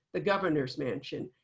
the governor's mansion,